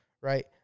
right